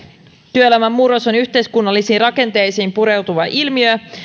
työelämän murros on yhteiskunnallisiin rakenteisiin pureutuva ilmiö